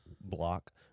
block